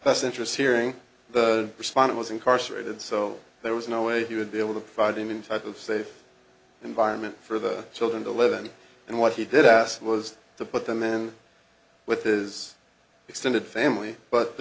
best interest hearing the respondent was incarcerated so there was no way he would be able to provide him in type of safe environment for the children to live in and what he did ask was to put them in with his extended family but the